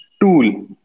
tool